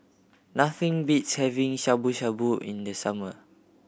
nothing beats having Shabu Shabu in the summer